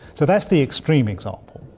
so that's the extreme example.